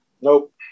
nope